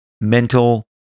mental